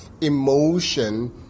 emotion